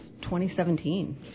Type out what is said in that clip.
2017